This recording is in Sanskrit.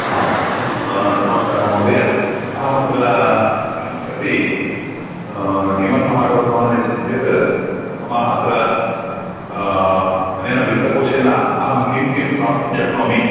आम् नमस्कारः महोदय अहम् अत्र बेङ्क् प्रति किमर्थम् आगवतवान् इति चेत् मम अत्र अनेन वित्तकोषेन अहं किं किं प्राप्तुं शक्नोमि